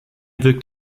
wirkt